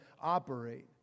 operate